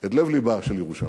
את לב לבה של ירושלים,